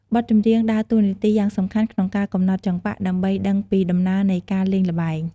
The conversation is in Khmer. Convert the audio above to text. បទច្រៀងដើរតួនាទីយ៉ាងសំខាន់ក្នុងការ កំណត់ចង្វាក់ ដើម្បីដឹងពីដំណើរនៃការលេងល្បែង។